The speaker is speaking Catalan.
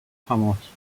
famós